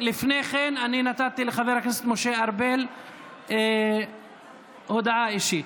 לפני כן, נתתי לחבר הכנסת משה ארבל הודעה אישית.